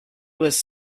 was